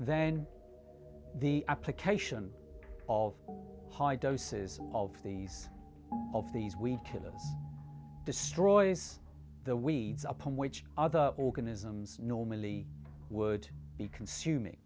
then the application of high doses of these of these we kill or destroys the weeds upon which other organisms normally would be consuming